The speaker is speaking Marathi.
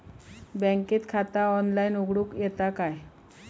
बँकेत खाता ऑनलाइन उघडूक येता काय?